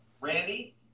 Randy